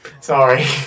Sorry